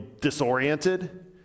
disoriented